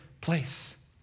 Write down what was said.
place